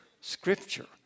scripture